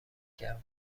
کرد